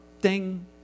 Ding